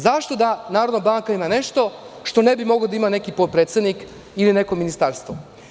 Zašto da Narodna banka ima nešto što ne bi mogao da ima neki potpredsednik ili neko ministarstvo?